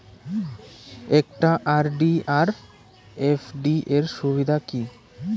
একটা আর.ডি আর এফ.ডি এর সুবিধা কি কি?